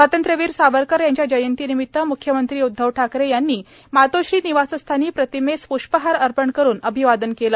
स्वातंत्र्यवीर सावरकर यांच्या जयंतीनिमित्त मुख्यमंत्री उद्दव ठाकरे यांनी मातोश्री निवासस्थानी प्रतिमेस पृष्पहार अर्पण करून अभिवादन केले